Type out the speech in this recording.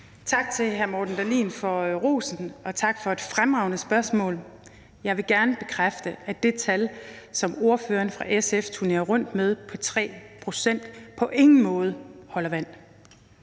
Tak til hr. Morten Dahlin for rosen, og tak for et fremragende spørgsmål. Jeg vil gerne bekræfte, at det tal på 3 pct., som ordføreren for SF turnerer rundt med, på ingen måde holder vand.